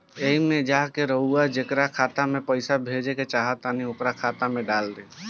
एईमे जा के रउआ जेकरा खाता मे पईसा भेजेके चाहत होखी ओकर खाता डाल दीं